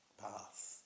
path